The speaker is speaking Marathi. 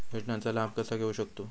योजनांचा लाभ कसा घेऊ शकतू?